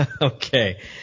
Okay